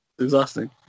Exhausting